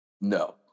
No